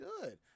good